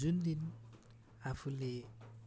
जुन दिन आफूले